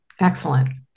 excellent